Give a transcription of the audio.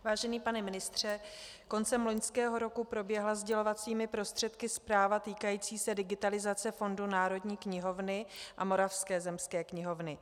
Vážený pane ministře, koncem loňského roku proběhla sdělovacími prostředky zpráva týkající se digitalizace fondu Národní knihovny a Moravské zemské knihovny.